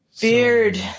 Beard